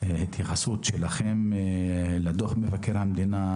התייחסות שלכם לדוח מבקר המדינה,